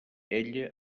ella